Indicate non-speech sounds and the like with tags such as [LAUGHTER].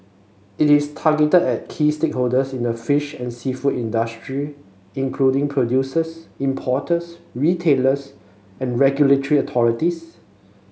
it is targeted at key stakeholders in the fish and seafood industry including producers importers retailers and [UNINTELLIGIBLE] authorities